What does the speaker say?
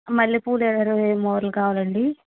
మల్లెపూలు ఇరవై మూరలు కావాలండి